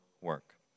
work